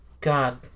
God